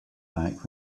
back